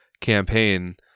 campaign